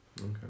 Okay